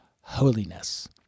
holiness